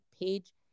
page